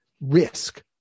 risk